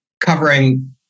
covering